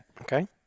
Okay